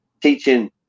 teaching